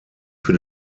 für